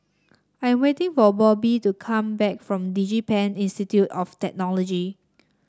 I am waiting for Bobbye to come back from DigiPen Institute of Technology